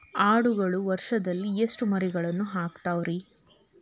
ಆಡುಗಳು ವರುಷದಲ್ಲಿ ಎಷ್ಟು ಮರಿಗಳನ್ನು ಹಾಕ್ತಾವ ರೇ?